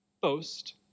boast